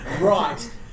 right